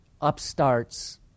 upstarts